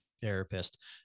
therapist